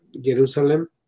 Jerusalem